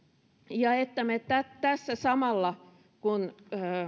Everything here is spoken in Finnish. ja että me tässä samalla kun